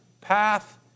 path